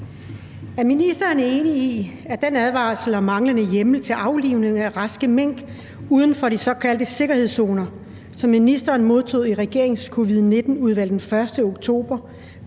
Er ministeren enig i, at den advarsel om manglende hjemmel til aflivning af raske mink uden for de såkaldte sikkerhedszoner, som ministeren modtog i regeringens Covid-19-udvalg den 1. oktober,